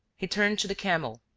he turned to the camel,